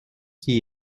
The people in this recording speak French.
qui